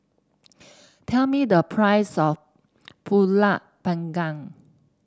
tell me the price of pulut Panggang